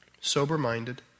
sober-minded